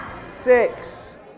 six